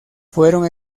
fueron